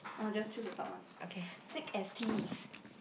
I'll just choose the top one thick as thieves